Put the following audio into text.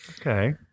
Okay